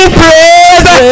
praise